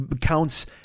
counts